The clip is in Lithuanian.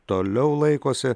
toliau laikosi